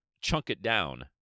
chunk-it-down